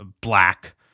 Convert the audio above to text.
black